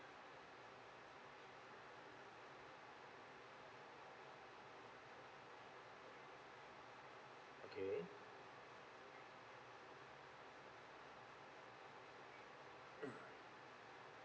okay